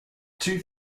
two